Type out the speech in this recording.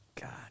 God